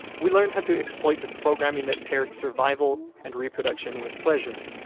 we learned how to exploit the programming that paired survival and reproduction with pleasure.